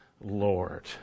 Lord